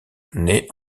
naît